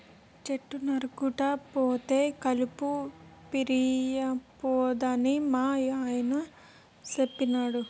చెట్లు నరుక్కుంటూ పోతే కలప పిరియంపోద్దని మా అయ్య సెప్పినాడు